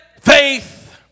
Faith